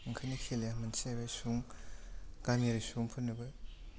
ओंखायनो खेलाया मोनसे बे सुबुं गामियारि सुबुंफोरनोबो